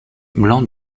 blanc